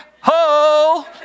ho